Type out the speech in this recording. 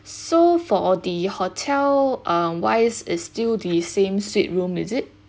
so for the hotel uh wise is still the same suite room is it